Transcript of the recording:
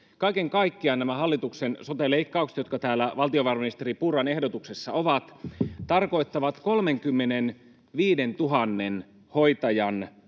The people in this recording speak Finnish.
Kaiken kaikkiaan hallituksen sote-leikkaukset, jotka täällä valtiovarainministeri Purran ehdotuksessa ovat, tarkoittavat 35 000 hoitajan